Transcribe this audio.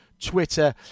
Twitter